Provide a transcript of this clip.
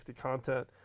content